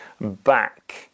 back